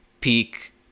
peak